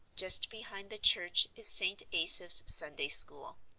just behind the church is st. asaph's sunday school,